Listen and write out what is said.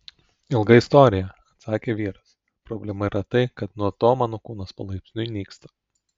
ilga istorija atsakė vyras problema yra tai kad nuo to mano kūnas palaipsniui nyksta